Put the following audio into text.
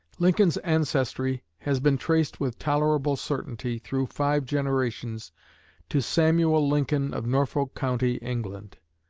lincoln's ancestry has been traced with tolerable certainty through five generations to samuel lincoln of norfolk county, england.